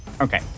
Okay